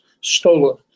stolen